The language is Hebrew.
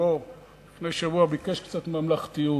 בנאומו לפני שבוע, ביקש קצת ממלכתיות.